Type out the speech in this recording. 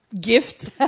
gift